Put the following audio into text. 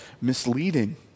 misleading